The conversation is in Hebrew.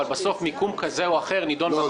אבל מיקום כזה או אחר נידון בוות"ל.